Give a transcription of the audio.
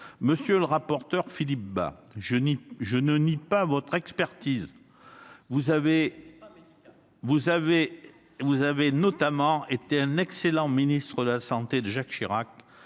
Monsieur le rapporteur Philippe Bas, je ne nie pas votre expertise. Elle n'est pas médicale ! Vous avez notamment été un excellent ministre de la santé de Jacques Chirac.